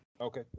Okay